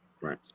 Right